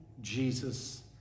Jesus